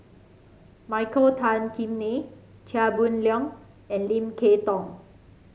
Michael Tan Kim Nei Chia Boon Leong and Lim Kay Tong